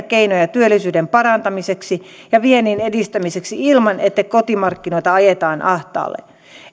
keinoja työllisyyden parantamiseksi ja viennin edistämiseksi ilman että kotimarkkinoita ajetaan ahtaalle